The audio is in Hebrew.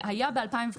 היה ב-2015,